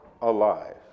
alive